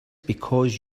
because